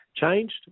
changed